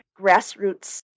grassroots